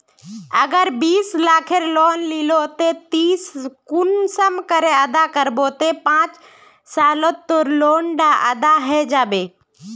अगर बीस लाखेर लोन लिलो ते ती कुंसम करे अदा करबो ते पाँच सालोत तोर लोन डा अदा है जाबे?